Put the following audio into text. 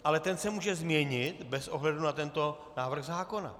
Ale ten se může změnit bez ohledu na tento návrh zákona.